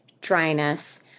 dryness